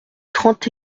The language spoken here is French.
trente